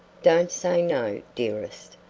don't say no, dearest.